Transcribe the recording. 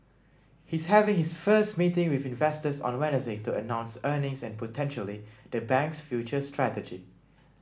he's having his first meeting with investors on Wednesday to announce earnings and potentially the bank's future strategy